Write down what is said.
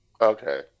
Okay